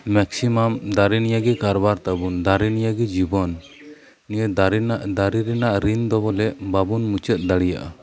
maximum ᱫᱟᱨᱮ ᱱᱤᱭᱮ ᱜᱮ ᱠᱟᱨᱵᱟᱨ ᱛᱟᱵᱚᱱ ᱫᱟᱨᱮ ᱱᱤᱭᱮ ᱜᱮ ᱡᱤᱵᱚᱱ ᱱᱤᱭᱟᱹ ᱫᱟᱨᱮ ᱨᱮᱱᱟᱜ ᱫᱟᱨᱮ ᱨᱮᱱᱟᱜ ᱨᱤᱱ ᱫᱚ ᱵᱚᱞᱮ ᱵᱟᱵᱚᱱ ᱢᱩᱪᱟᱹᱫ ᱫᱟᱲᱮᱭᱟᱜᱼᱟ